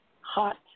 hot